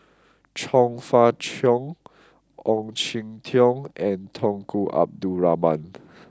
Chong Fah Cheong Ong Jin Teong and Tunku Abdul Rahman